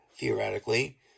theoretically